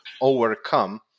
overcome